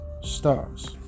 stars